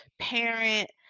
parent